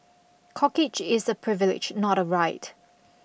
corkage is a privilege not a right